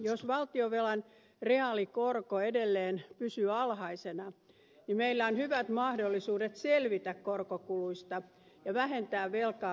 jos valtionvelan reaalikorko edelleen pysyy alhaisena niin meillä on hyvät mahdollisuudet selvitä korkokuluista ja vähentää velkaa vähitellen